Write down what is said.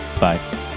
Bye